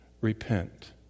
Repent